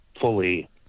fully